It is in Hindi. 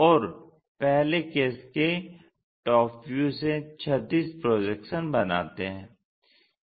और पहले केस के TV से क्षैतिज प्रोजेक्शन बनाते हैं